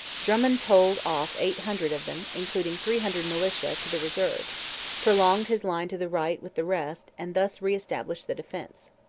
drummond told off eight hundred of them, including three hundred militia, to the reserve prolonged his line to the right with the rest and thus re-established the defence.